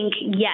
yes